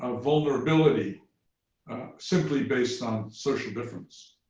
ah vulnerability simply based on social difference.